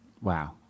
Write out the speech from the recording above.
wow